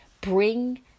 bring